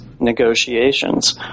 negotiations